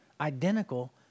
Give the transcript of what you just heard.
identical